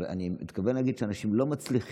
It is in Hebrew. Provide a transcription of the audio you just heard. אבל אני מתכוון להגיד שאנשים לא מצליחים.